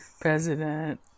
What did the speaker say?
President